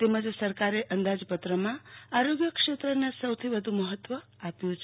તેમજ સરકારે અંદાજપત્રમાં આરોગ્યક્ષેત્રના સૌથી વધુ મહત્વ આપ્યું છે